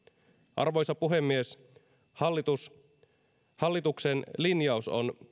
arvoisa puhemies hallituksen linjaus on